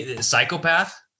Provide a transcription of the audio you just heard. psychopath